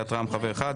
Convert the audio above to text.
סיעת רע"מ חבר אחד.